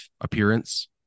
appearance